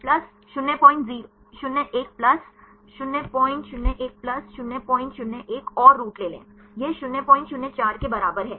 plus 001 plus 001 plus 001 और root ले यह 004 के बराबर है